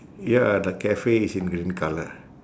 ya the cafe is in green colour